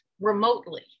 remotely